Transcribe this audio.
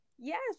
Yes